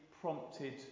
prompted